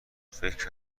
فکر